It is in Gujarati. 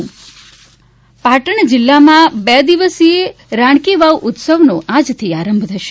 રાણકી વાવ પાટણ જીલ્લામાં બે દિવસીય રાણકી વાવ ઉત્સવનો આજથી આરંભ થશે